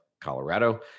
Colorado